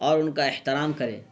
اور ان کا احترام کریں